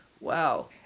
wow